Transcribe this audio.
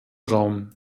traum